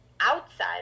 outside